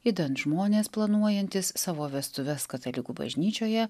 idant žmonės planuojantys savo vestuves katalikų bažnyčioje